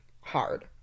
hard